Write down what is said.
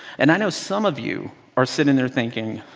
and i know some of you are sitting there thinking